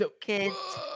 kids